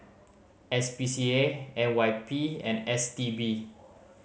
S P C A N Y P and S T B